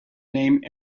name